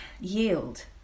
yield